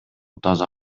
таза